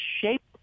shaped